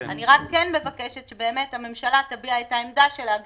אני רק כן מבקשת שבאמת הממשלה תביע את העמדה שלה,